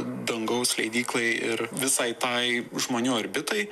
dangaus leidyklai ir visai tai žmonių orbitai